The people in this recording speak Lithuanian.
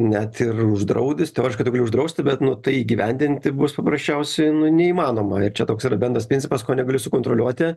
net ir uždraudus teoriškai tu gali uždrausti bet nu tai įgyvendinti bus paprasčiausiai nu neįmanoma ir čia toks yra bendras principas ko negali sukontroliuoti